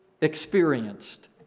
experienced